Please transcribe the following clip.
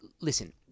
Listen